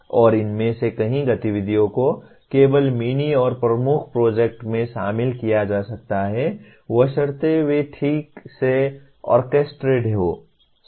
और इनमें से कई गतिविधियों को केवल मिनी और प्रमुख प्रोजेक्ट में शामिल किया जा सकता है बशर्ते वे ठीक से ऑर्केस्ट्रेटेड हों